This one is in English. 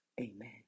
Amen